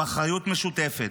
עם אחריות משותפת.